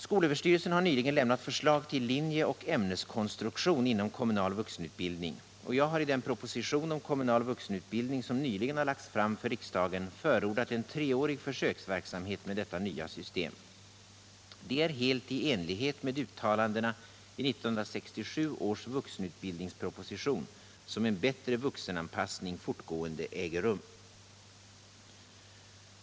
Skolöverstyrelsen har nyligen lämnat förslag till linjeoch ämneskonstruktion inom kommunal vuxenutbildning, och jag har i den proposition om kommunal vuxenutbildning, som nyligen lagts fram för riksdagen, förordat en treårig försöksverksamhet med detta nya system. Det är helt Nr 32 i enlighet med uttalandena i 1967 års vuxenutbildningsproposition som en bättre vuxenanpassning fortgående äger rum.